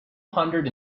hundred